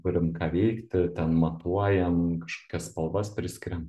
turim ką veikti ten matuojam kažkokias spalvas priskiriam